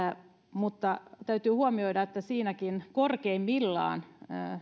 mutta täytyy huomioida että siinäkin korkeimmillaan